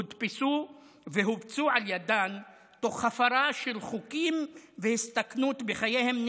הודפסו והופצו על ידם תוך הפרה של חוקים והסתכנות בחייהם,